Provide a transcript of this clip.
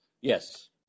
Yes